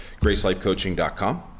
gracelifecoaching.com